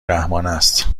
رحمانست